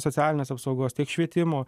socialinės apsaugos tiek švietimo